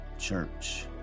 church